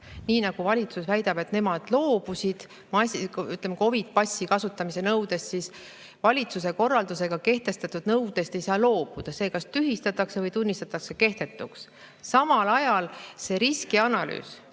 Valitsus väidab, et nemad loobusid COVID-i passi kasutamise nõudest, aga valitsuse korraldusega kehtestatud nõudest ei saa loobuda, see kas tühistatakse või tunnistatakse kehtetuks. Samal ajal riskianalüüs,